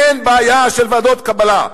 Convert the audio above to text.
אין בעיה של ועדות קבלה.